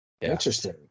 interesting